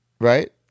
right